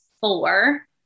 four